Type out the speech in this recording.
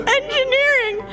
engineering